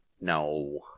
No